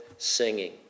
singing